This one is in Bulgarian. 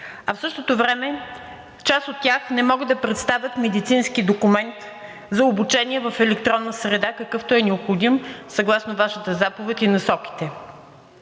а в същото време част от тях не могат да представят медицински документ за обучение в електронна среда, какъвто е необходим съгласно Вашата заповед и насоките.